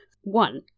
One